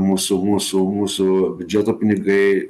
mūsų mūsų mūsų biudžeto pinigai